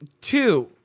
Two